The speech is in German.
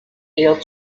eher